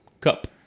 Cup